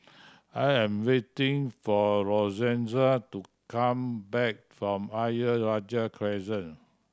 I am waiting for Lorenza to come back from Ayer Rajah Crescent